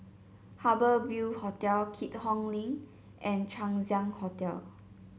Harbour Ville Hotel Keat Hong Link and Chang Ziang Hotel